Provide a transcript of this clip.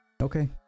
Okay